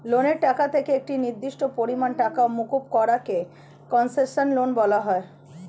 লোনের টাকা থেকে একটি নির্দিষ্ট পরিমাণ টাকা মুকুব করা কে কন্সেশনাল লোন বলা হয়